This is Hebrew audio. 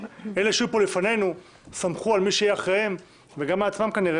ואלו שהיו פה לפנינו סמכו על מי שיהיה אחריהם וגם על עצמם כנראה,